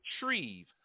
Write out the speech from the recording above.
retrieve